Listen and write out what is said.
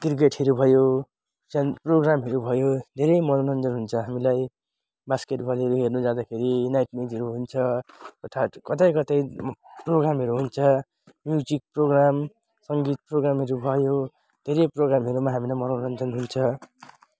क्रिकेटहरू भयो प्रोग्रामहरू भयो धेरै मनोरञ्जन हुन्छ हामीलाई बास्केटबलहरू हेर्नु जाँदाखेरि नाइट म्याचहरू हुन्छ कतै कतै प्रोग्रामहरू हुन्छ म्युजिक प्रोग्राम सङ्गीत प्रोग्रामहरू भयो धेरै प्रोग्रामहरूमा हामीलाई मनोरञ्जन हुन्छ